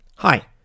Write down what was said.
Hi